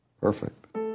Perfect